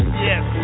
yes